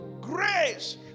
grace